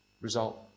result